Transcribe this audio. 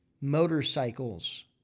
motorcycles